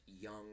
young